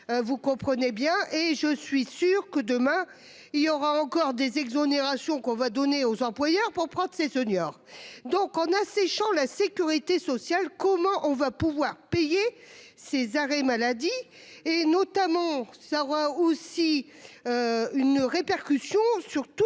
Vous comprenez bien, et je suis sûr que demain il y aura encore des exonérations qu'on va donner aux employeurs pour prendre ces seniors donc en asséchant la sécurité sociale. Comment on va pouvoir payer ses arrêts maladie et notamment. Aussi. Une répercussion sur toutes les